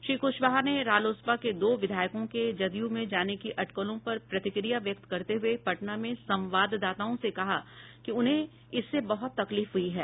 श्री कुशवाहा ने रालोसपा के दो विधायकों के जदयू में जाने की अटकलों पर प्रतिक्रिया व्यक्त करते हुये पटना में संवाददाताओं से कहा कि उन्हें इससे बहुत तकलीफ हुई है